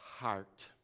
heart